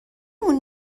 اون